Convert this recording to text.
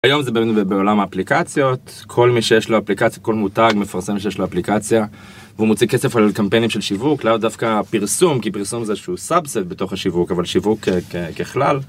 היום זה בעולם אפליקציות, כל מי שיש לו אפליקציה, כל מותג מפרסם שיש לו אפליקציה והוא מוציא כסף על קמפיינים של שיווק, לא דווקא פרסום, כי פרסום זה שהוא subset בתוך השיווק, אבל שיווק ככלל.